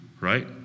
right